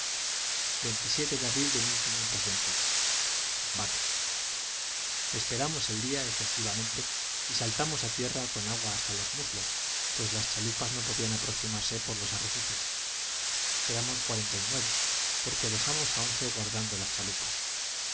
de abril de combate esperamos el día efectivamente y saltamos a tierra con agua hasta los muslos pues las chalupas no podían aproximarse por los arrecifes eramos cuarenta y nueve porque dejamos a once guardando las chalupas